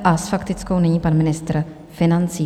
A s faktickou nyní pan ministr financí.